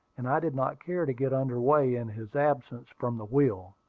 and i did not care to get under way in his absence from the wheel.